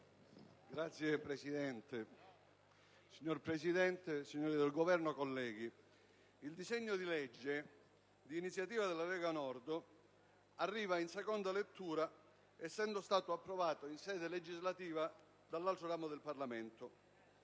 *relatore*. Signora Presidente, signori del Governo, colleghi, il disegno di legge n. 2146, d'iniziativa della Lega Nord, arriva in seconda lettura, essendo stato approvato in sede legislativa dall'altro ramo del Parlamento.